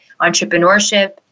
entrepreneurship